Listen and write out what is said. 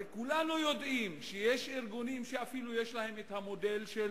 הרי כולנו יודעים שיש ארגונים שיש להם מודל של